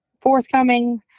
forthcoming